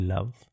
Love